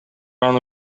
аны